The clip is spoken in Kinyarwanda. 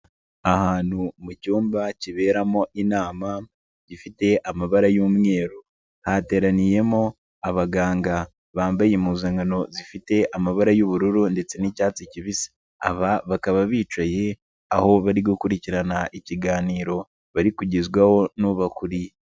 Ahantu mu cyumba kiberamo inama gifite amabara y'umweru hateraniyemo abaganga bambaye impuzankano zifite amabara y'ubururu ndetse n'icyatsi kibisi, aba bakaba bicaye aho bari gukurikirana ikiganiro bari kugezwaho n'ubakuriye.